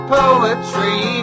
poetry